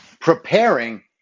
preparing